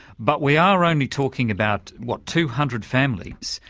but we are only talking about, what, two hundred families.